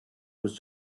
was